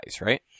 right